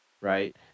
right